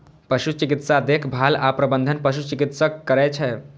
पशु चिकित्सा देखभाल आ प्रबंधन पशु चिकित्सक करै छै